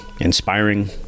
inspiring